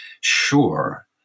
sure